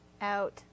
Out